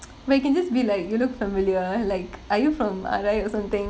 but you can just be like you look familiar like are you from R_I or something